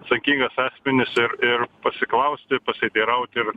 atsakingas asmenis ir ir pasiklausti pasiteirauti ir